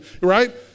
right